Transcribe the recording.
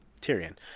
Tyrion